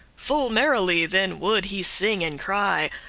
full merrily then would he sing and cry,